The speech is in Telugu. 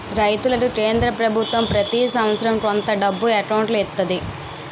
రైతులకి కేంద్ర పభుత్వం ప్రతి సంవత్సరం కొంత డబ్బు ఎకౌంటులో ఎత్తంది